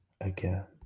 again